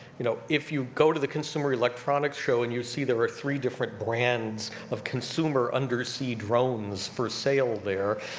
you know, if you go to the consumer electronics show, and you see there were three different brands of consumer undersea drones for sale there,